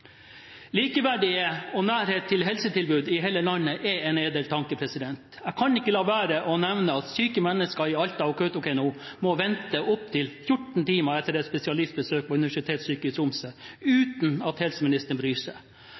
og nærhet til – helsetilbud i hele landet er en edel tanke. Jeg kan ikke la være å nevne at syke mennesker i Alta og Kautokeino må reise i opptil 14 timer for et spesialistbesøk på Universitetssykehuset Nord-Norge i Tromsø uten at helseministeren bryr seg.